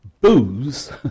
booze